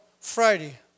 Friday